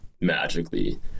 magically